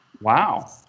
Wow